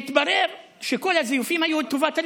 והתברר שכל הזיופים היו לטובת הליכוד,